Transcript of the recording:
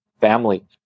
family